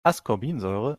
ascorbinsäure